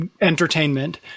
entertainment